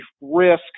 risk